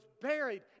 buried